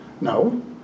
No